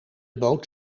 boot